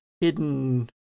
hidden